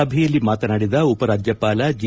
ಸಭೆಯಲ್ಲಿ ಮಾತನಾಡಿದ ಉಪರಾಜ್ಯಪಾಲ ಜಿ